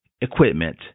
equipment